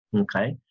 okay